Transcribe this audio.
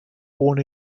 born